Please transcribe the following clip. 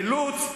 אילוץ,